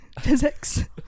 Physics